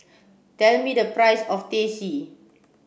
tell me the price of Teh C